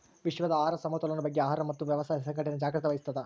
ವಿಶ್ವದ ಆಹಾರ ಸಮತೋಲನ ಬಗ್ಗೆ ಆಹಾರ ಮತ್ತು ವ್ಯವಸಾಯ ಸಂಘಟನೆ ಜಾಗ್ರತೆ ವಹಿಸ್ತಾದ